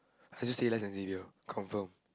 I just say less than Xavier confirm